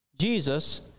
Jesus